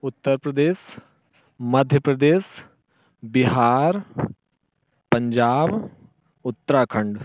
Uttar Pradesh Madhya Pradesh Bihar Punjab Uttarakhand